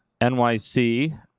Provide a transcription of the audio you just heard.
NYC